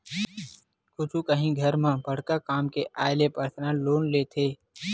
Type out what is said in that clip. कुछु काही घर म बड़का काम के आय ले परसनल लोन लेथे